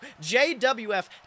JWF